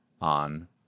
on